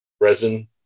resin